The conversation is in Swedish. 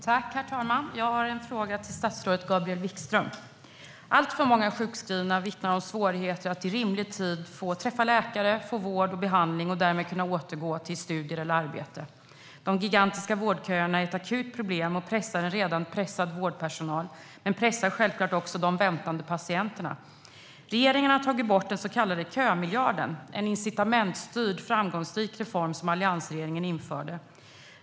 Herr talman! Jag har en fråga till statsrådet Gabriel Wikström. Alltför många sjukskrivna vittnar om svårigheter med att inom rimlig tid få träffa läkare, få vård och behandling och därmed kunna återgå till studier och arbete. De gigantiska vårdköerna är ett akut problem och pressar redan pressad vårdpersonal men självklart också de väntande patienterna. Regeringen har tagit bort den så kallade kömiljarden. Det var en incitamentstyrd och framgångsrik reform som alliansregeringen införde.